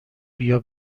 بیا